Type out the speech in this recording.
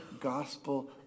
gospel